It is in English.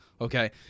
okay